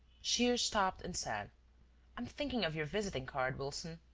shears stopped and said i'm thinking of your visiting-card, wilson.